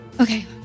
Okay